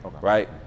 right